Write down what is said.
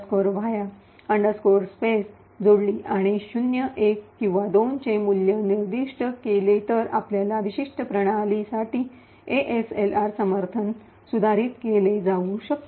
randomize va space जोडली आणि 0 1 किंवा 2 चे मूल्य निर्दिष्ट केले तर आपल्या विशिष्ट प्रणालीसाठी एएसएलआर समर्थन सुधारित केले जाऊ शकते